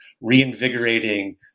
reinvigorating